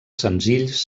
senzills